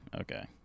okay